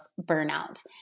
burnout